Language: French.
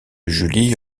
julie